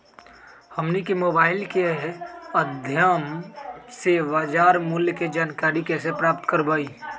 हमनी के मोबाइल के माध्यम से बाजार मूल्य के जानकारी कैसे प्राप्त करवाई?